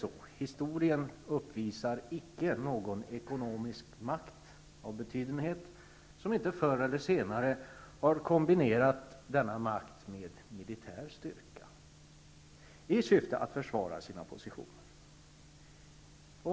Av historien kan man inte utläsa någon ekonomisk makt av betydelse som inte förr eller senare kombinerats med militär styrka i syfte att försvara sina positioner.